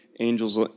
Angels